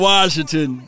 Washington